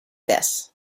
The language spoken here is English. this